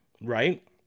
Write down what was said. Right